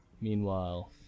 meanwhile